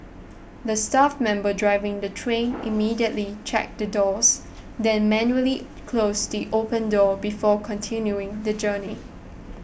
the staff member driving the train immediately checked the doors then manually closed the open door before continuing the journey